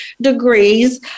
degrees